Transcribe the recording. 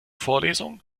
vorlesung